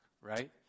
right